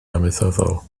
amaethyddol